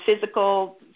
physical